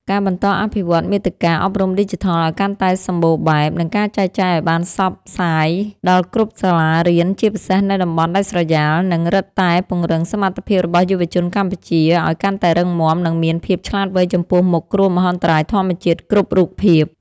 ការបន្តអភិវឌ្ឍមាតិកាអប់រំឌីជីថលឱ្យកាន់តែសម្បូរបែប និងការចែកចាយឱ្យបានសព្វសាយដល់គ្រប់សាលារៀន ជាពិសេសនៅតំបន់ដាច់ស្រយាល នឹងរឹតតែពង្រឹងសមត្ថភាពរបស់យុវជនកម្ពុជាឱ្យកាន់តែរឹងមាំ និងមានភាពឆ្លាតវៃចំពោះមុខគ្រោះមហន្តរាយធម្មជាតិគ្រប់រូបភាព។